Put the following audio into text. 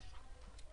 הערות?